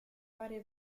varie